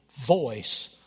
voice